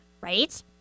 Right